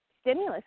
stimulus